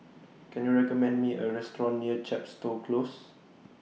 Can YOU recommend Me A Restaurant near Chepstow Close